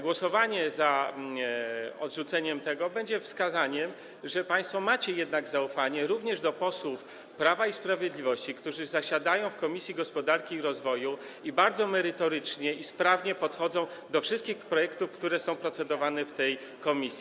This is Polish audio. Głosowanie za odrzuceniem tej propozycji będzie wskazaniem, że państwo macie jednak zaufanie również do posłów Prawa i Sprawiedliwości, którzy zasiadają w Komisji Gospodarki i Rozwoju i bardzo merytorycznie i sprawnie podchodzą do wszystkich projektów, które są procedowane w tej komisji.